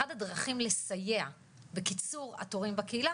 אחת הדרכים לסייע בקיצור תורים בקהילה